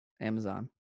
Amazon